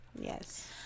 Yes